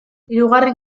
hirugarren